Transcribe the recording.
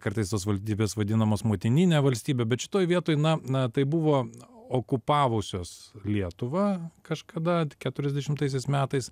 kartais tos valstybės vadinamos motinine valstybe bet šitoj vietoj na na tai buvo okupavusios lietuvą kažkada keturiasdešimtaisiais metais